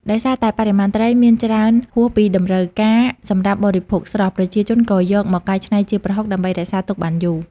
ដោយសារតែបរិមាណត្រីមានច្រើនហួសពីតម្រូវការសម្រាប់បរិភោគស្រស់ ប្រជាជនក៏យកមកកែច្នៃជាប្រហុកដើម្បីរក្សាទុកបានយូរ។